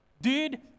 dude